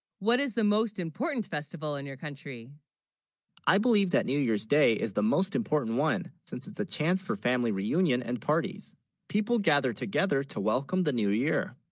what is the most important festival in your country i? believe that new, year's day, is the most important one since it's a chance for family reunion and parties people gather together to welcome the new, year?